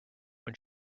when